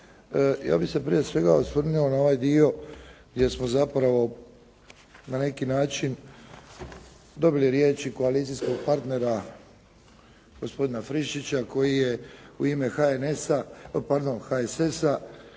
Ja bih se prije svega osvrnuo na ovaj dio gdje smo zapravo na neki način dobili riječi koalicijskog partnera gospodina Friščića koji je u ime HNS-a, pardon HSS-a